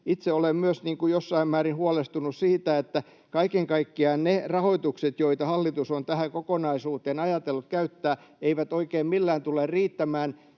Itse olen myös jossain määrin huolestunut siitä, että kaiken kaikkiaan ne rahoitukset, joita hallitus on tähän kokonaisuuteen ajatellut käyttää, eivät oikein millään tule riittämään: